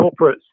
corporates